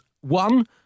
one